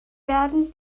werden